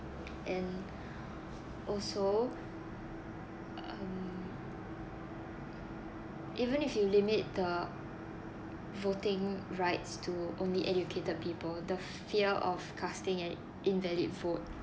and also um even if you limit the voting rights to only educated people the fear of casting an invalid vote